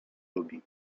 lubi